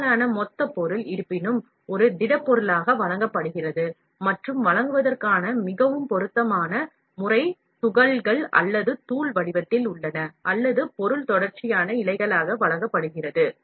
பெரும்பாலான மொத்த பொருள் ஒரு திடப்பொருளாக வழங்கப்படுகிறது மற்றும் வழங்குவதற்கான மிகவும் பொருத்தமான முறை துகள்கள் அல்லது தூள் வடிவத்தில் உள்ளன அல்லது பொருள் தொடர்ச்சியான இழைகளாக வழங்கப்படுகிறது